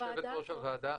יושבת-ראש הוועדה,